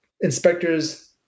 inspectors